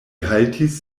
haltis